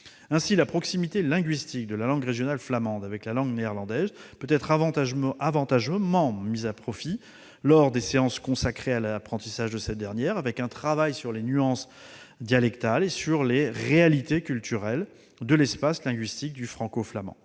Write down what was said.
Ainsi, la proximité linguistique de la langue régionale flamande avec la langue néerlandaise peut être avantageusement mise à profit lors des séances consacrées à l'apprentissage de cette dernière, avec un travail sur les nuances dialectales et sur les réalités culturelles de l'espace linguistique du franco-flamand.